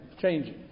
changing